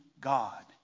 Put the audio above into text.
God